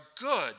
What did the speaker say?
good